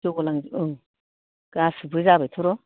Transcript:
जौगालांबाय ओं गासिबो जाबायथ' र'